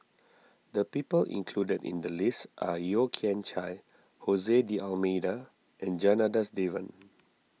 the people included in the list are Yeo Kian Chye Jose D'Almeida and Janadas Devan